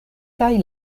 kaj